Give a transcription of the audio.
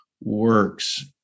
works